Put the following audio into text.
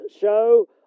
show